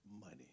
money